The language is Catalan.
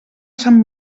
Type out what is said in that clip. sant